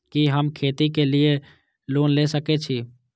कि हम खेती के लिऐ लोन ले सके छी?